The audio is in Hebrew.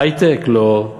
היי-טק, לא,